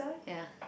ya